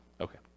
Okay